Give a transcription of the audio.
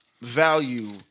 Value